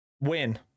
win